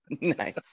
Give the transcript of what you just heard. Nice